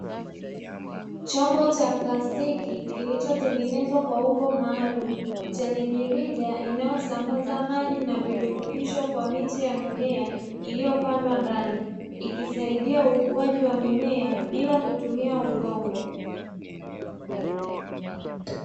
Chombo cha plastiki kilichotengenezwa kwa umbo maalumu chenye mirija inayosambaza maji na virutubisho kwa miche ya mimea ilyopandwa ndani ikisaidia ukuaji wa mimea bila kutumia udongo.